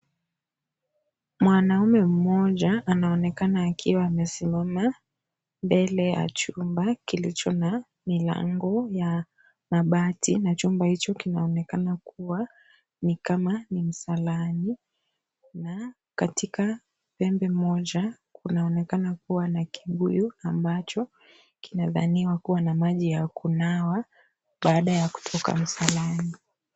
Mwanaume mmoja anaonekana akiwa amesimama mbele ya chumba kilicho na milango ya mabati na chumba hicho kinaonekana kuwa ni kama ni msalani na katika pembe moja kunaonekana kuwa na kibuyu ambacho kinadhaniwa kuwa na maji ya kunawa baada ya kutoka msalani.